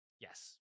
yes